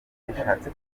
bishatse